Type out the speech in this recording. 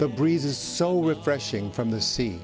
the breeze is so refreshing from the sea